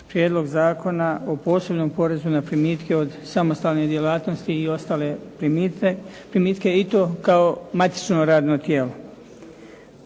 Prijedlog zakona o posebnom porezu na primitke od samostalnih djelatnosti i ostale primitke i to kao matično radno tijelo.